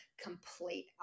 complete